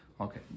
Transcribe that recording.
Okay